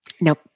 Nope